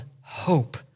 hope